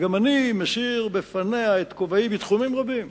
שאני מסיר בפניה את כובעי בתחומים רבים,